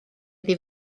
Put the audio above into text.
iddi